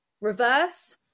reverse